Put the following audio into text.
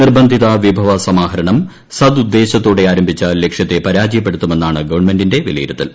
നിർബന്ധിത വിഭവസമാഹരണം സദുദ്ദേശൃത്തോടെ ആരംഭിച്ച ലക്ഷ്യത്തെപരാജയപ്പെടുത്തുമെന്നാണ് ഗവൺമെന്റിന്റെ വിലയിരുത്തൽ